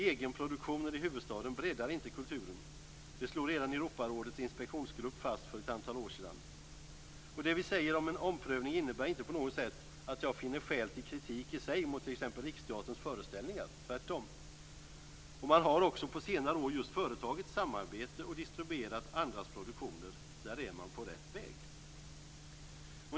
Egenproduktioner i huvudstaden breddar inte kulturen - det slog redan Europarådets inspektionsgrupp fast för ett antal år sedan. Det vi säger om en omprövning innebär inte på något sätt att jag finner skäl till kritik i sig mot t.ex. Riksteaterns föreställningar - tvärtom. Man har också på senare år just företagit samarbete och distribuerat andras produktioner. Där är man på rätt väg.